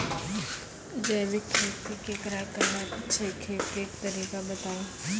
जैबिक खेती केकरा कहैत छै, खेतीक तरीका बताऊ?